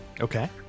Okay